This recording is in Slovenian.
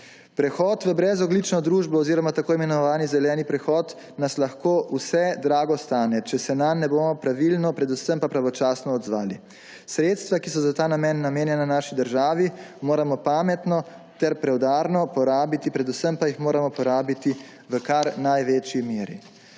Prehod v brezogljično družbo oziroma tako imenovani zeleni prehod nas lahko vse drago stane, če se nanj ne bomo pravilno, predvsem pa pravočasno odzvali. Sredstva, ki so za ta namen namenjena naši državi, moramo pametno ter preudarno porabiti, predvsem pa jih moramo porabiti v kar največji meri.